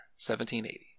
1780